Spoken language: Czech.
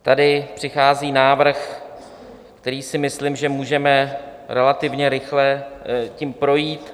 Tady přichází návrh, který si myslím, že můžeme relativně rychle tím projít.